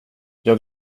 jag